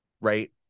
right